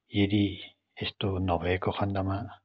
यदि यस्तो नभएको खन्डमा